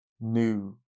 new